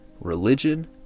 religion